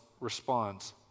responds